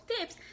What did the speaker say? tips